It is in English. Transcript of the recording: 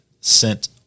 sent